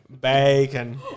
Bacon